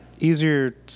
Easier